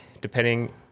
depending